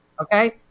Okay